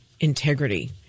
integrity